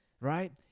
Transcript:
Right